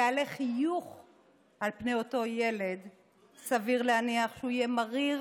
בצו של שר הבריאות,